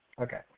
Okay